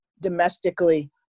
domestically